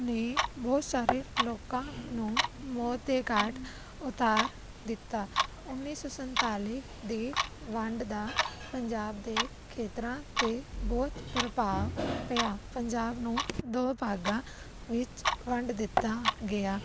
ਨੇ ਬਹੁਤ ਸਾਰੇ ਲੋਕਾਂ ਨੂੰ ਮੌਤ ਦੇ ਘਾਟ ਉਤਾਰ ਦਿੱਤਾ ਉੱਨੀ ਸੌ ਸੰਤਾਲੀ ਦੀ ਵੰਡ ਦਾ ਪੰਜਾਬ ਦੇ ਖੇਤਰਾਂ 'ਤੇ ਬਹੁਤ ਪ੍ਰਭਾਵ ਪਿਆ ਪੰਜਾਬ ਨੂੰ ਦੋ ਭਾਗਾਂ ਵਿੱਚ ਵੰਡ ਦਿੱਤਾ ਗਿਆ